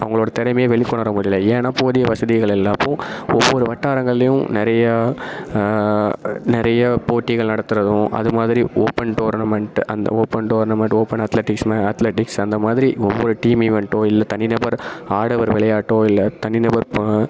அவங்களோட திறமைய வெளிக்கொணர முடியல ஏன்னா போதிய வசதிகள் எல்லாமும் ஒவ்வொரு வட்டாரங்கள்லையும் நிறையா நிறைய போட்டிகள் நடத்துறதும் அது மாதிரி ஓப்பன் டோர்னமெண்ட் அந்த ஓப்பன் டோர்னமெண்ட் ஓப்பன் அத்லெட்டிஸ்னு அத்லெட்டிக்ஸ் அந்த மாதிரி ஒவ்வொரு டீம் ஈவென்ட்டோ இல்லை தனி நபர் ஆடவர் விளையாட்டோ இல்லை தனி நபர் பா